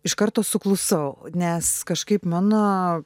iš karto suklusau nes kažkaip mano